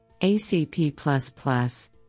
ACP